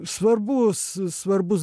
svarbus svarbus